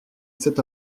cet